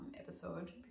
episode